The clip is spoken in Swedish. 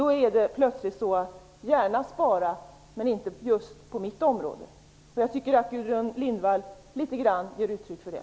Då är det plötsligt så att man gärna vill spara, men inte just på sitt eget område. Jag tycker att Gudrun Lindvall till viss del ger uttryck för det.